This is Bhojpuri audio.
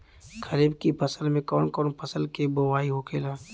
खरीफ की फसल में कौन कौन फसल के बोवाई होखेला?